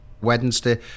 Wednesday